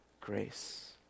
grace